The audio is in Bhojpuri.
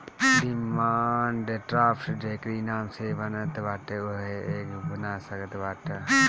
डिमांड ड्राफ्ट जेकरी नाम से बनत बाटे उहे एके भुना सकत बाटअ